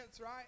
Right